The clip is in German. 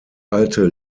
alte